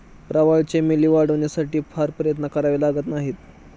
प्रवाळ चमेली वाढवण्यासाठी फार प्रयत्न करावे लागत नाहीत